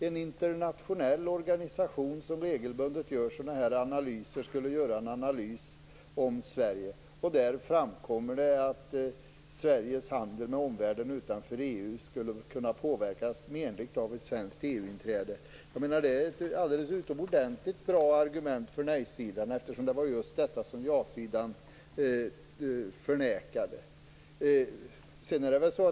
En internationell organisation som regelbundet gör sådana här analyser skulle göra en analys av Sverige. Där framkom det att Sveriges handel med omvärlden utanför EU skulle kunna påverkas menligt av ett svenskt EU-inträde. Det är ett utomordentligt argument för nej-sidan, eftersom det var just detta som jasidan förnekade.